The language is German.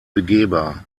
begehbar